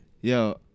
Yo